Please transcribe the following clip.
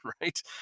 right